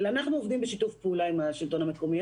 אנחנו עובדים בשיתוף פעולה עם השלטון המקומי.